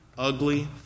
ugly